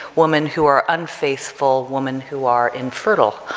women who are unfaithful, women who are infertile.